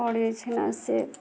छै से